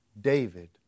David